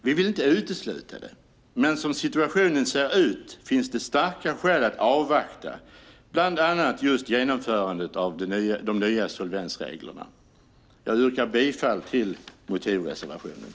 Vi vill inte utesluta det, men som situationen ser ut finns det starka skäl att avvakta, bland annat just genomförandet av de nya solvensreglerna. Jag yrkar bifall till motivreservationen.